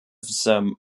some